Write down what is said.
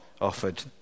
offered